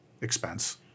expense